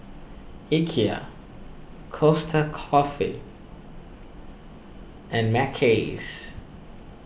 Ikea Costa Coffee and Mackays